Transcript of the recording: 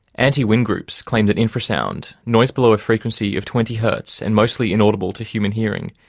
anti-wind groups claim that infrasound, noise below a frequency of twenty hertz and mostly inaudible to human hearing,